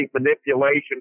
manipulation